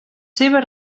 seves